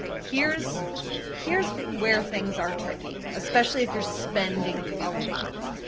here's here's where things are tricky, especially if you're spending a lot.